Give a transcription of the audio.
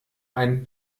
ein